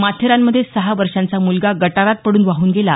माथेरानमध्ये सहा वर्षांचा मुलगा गटारात पडून वाहून गेला